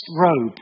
robe